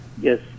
yes